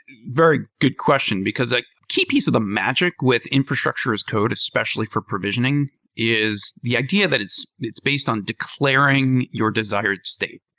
very good question, because a key piece of the magic with infrastructure as code especially for provisioning is the idea that it's it's based on declaring your desired state.